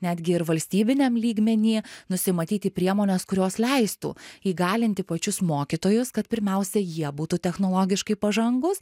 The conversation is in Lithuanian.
netgi ir valstybiniam lygmeny nusimatyti priemones kurios leistų įgalinti pačius mokytojus kad pirmiausia jie būtų technologiškai pažangūs